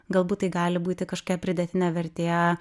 galbūt tai gali būti kažkokia pridėtinė vertė